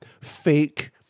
fake